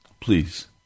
Please